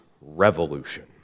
revolution